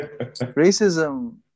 Racism